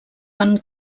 van